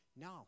No